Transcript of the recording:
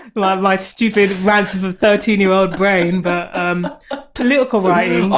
but my my stupid rants of a thirteen year old brain but um political writing,